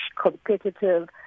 competitive